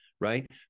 right